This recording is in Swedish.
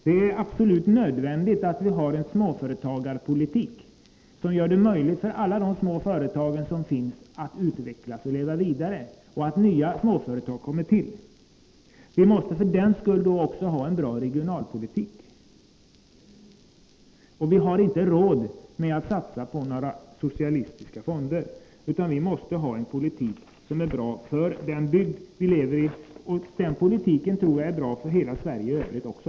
Det är absolut nödvändigt att vi har en småföretagarpolitik som gör det möjligt för alla de små företag som finns att utvecklas och leva vidare och för nya småföretag att komma till. Vi måste för den skull också ha en bra regionalpolitik. Vi har inte råd att satsa på några socialistiska fonder, utan vi måste ha en politik som är bra för den bygd vi lever i. Och den politiken tror jag är bra för hela det övriga Sverige också.